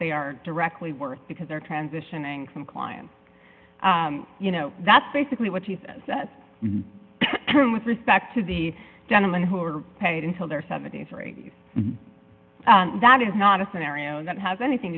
they are directly worth because they're transitioning from clients you know that's basically what he says that's true with respect to the gentlemen who are paid until their seventy's or eighty's that is not a scenario that has anything